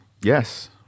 Yes